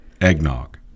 eggnog